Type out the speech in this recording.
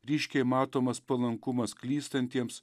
ryškiai matomas palankumas klystantiems